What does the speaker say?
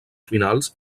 finals